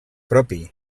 propi